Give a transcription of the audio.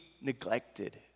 neglected